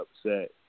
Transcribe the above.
upset